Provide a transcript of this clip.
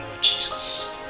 jesus